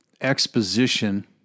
exposition